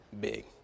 big